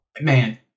Man